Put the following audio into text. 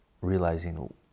realizing